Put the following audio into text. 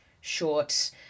short